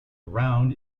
round